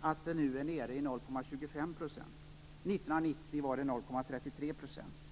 att det nu är nere på 0,25 %. 1990 var det 0,33 %.